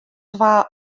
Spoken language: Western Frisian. twa